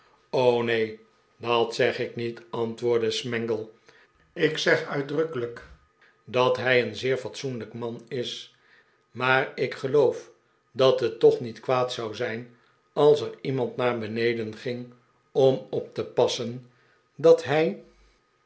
neen dat zeg ik niet antwoordde smangle ik zeg uitdrukkelijk dat hij een zeer fatsoenlijk man is maar ik geloof dat het toch niet kwaad zou zijn als er iemand naar beneden ging om op te passen dat hij